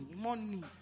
money